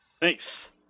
Thanks